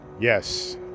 yes